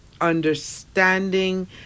understanding